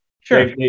Sure